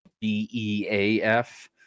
B-E-A-F